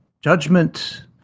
Judgment